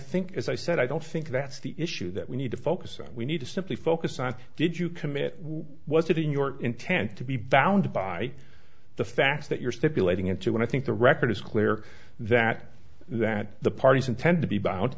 think as i said i don't think that's the issue that we need to focus on we need to simply focus on did you commit was it in your intent to be bound by the facts that your stipulating into and i think the record is clear that that the parties intend to be bou